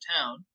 town